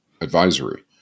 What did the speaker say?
advisory